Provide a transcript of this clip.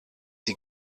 die